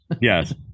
Yes